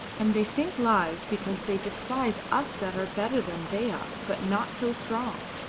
and they think lies because they despise us that are better than they are, but not so strong.